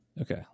okay